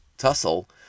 tussle